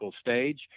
stage